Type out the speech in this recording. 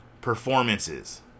performances